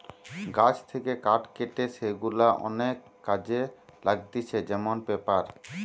গাছ থেকে কাঠ কেটে সেগুলা অনেক কাজে লাগতিছে যেমন পেপার